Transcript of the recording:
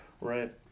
right